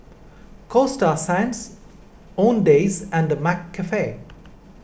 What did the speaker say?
Coasta Sands Owndays and McCafe